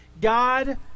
God